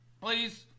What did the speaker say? Please